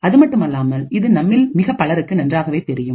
அதுமட்டுமல்லாமல் இது நம்மில் மிகப் பலருக்கு நன்றாகவே தெரியும்